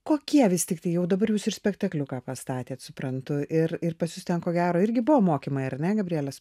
kokie vis tiktai jau dabar jūs ir spektakliuką pastatėt suprantu ir ir pas jus ten ko gero irgi buvo mokymai ar ne gabrielės